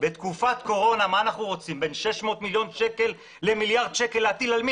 בתקופת קורונה אנחנו רוצים להטיל 600 מיליון שקלים על מי?